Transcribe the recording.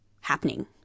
happening